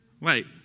Wait